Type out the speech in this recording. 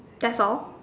that's all